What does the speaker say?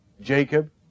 Jacob